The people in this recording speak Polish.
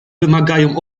wymagają